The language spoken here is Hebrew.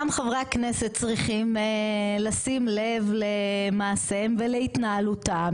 גם חברי הכנסת צריכים לשים לב למעשיהם ולהתנהלותם,